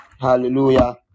hallelujah